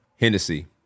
Hennessy